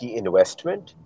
investment